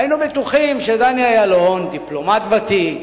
היינו בטוחים שדני אילון, דיפלומט ותיק,